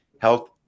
health